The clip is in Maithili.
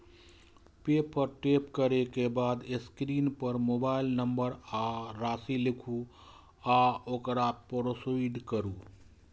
पे पर टैप करै के बाद स्क्रीन पर मोबाइल नंबर आ राशि लिखू आ ओकरा प्रोसीड करू